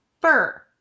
fur